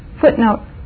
Footnote